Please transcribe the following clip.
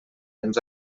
ens